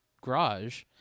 garage